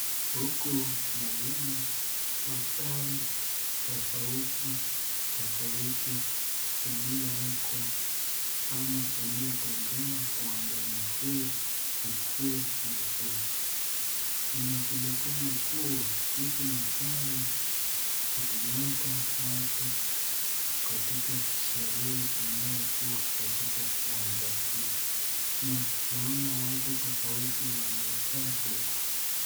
Huku naiona magari tofauti tofauti iliyowekwa ama iliyotengewa uwanjani huu ikuwe maegesho , inajulikana kuwa hizi magari ilileta watu katika sherehe inayokuwa katika uwanja hii na naona watu tofauti wamekaa huku.